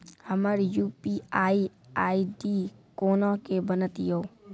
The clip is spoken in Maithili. हमर यु.पी.आई आई.डी कोना के बनत यो?